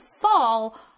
fall